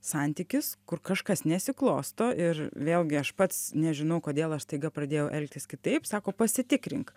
santykis kur kažkas nesiklosto ir vėlgi aš pats nežinau kodėl aš staiga pradėjau elgtis kitaip sako pasitikrink